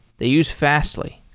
they use fastly.